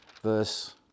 verse